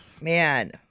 Man